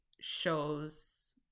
shows